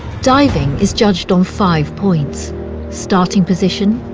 diving is judged on five points starting position,